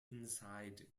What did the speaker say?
inside